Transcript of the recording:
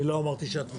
אני לא אמרתי שאת.